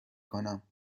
کنم